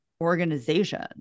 organization